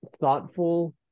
thoughtful